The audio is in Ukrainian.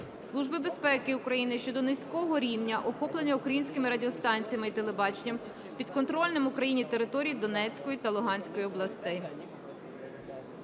Служби безпеки України щодо низького рівня охоплення українськими радіостанціями і телебаченням підконтрольних Україні територій Донецької та Луганської областей.